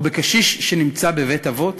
או בקשיש שנמצא בבית-אבות?